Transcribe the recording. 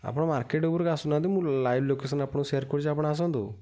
ଆପଣ ମାର୍କେଟ୍ ଉପରକୁ ଆସୁନାହାନ୍ତି ମୁଁ ଲାଇଭ୍ ଲୋକେସନ୍ ଆପଣଙ୍କୁ ସେୟାର୍ କରୁଛି ଆପଣ ଆସନ୍ତୁ